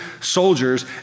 soldiers